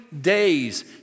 days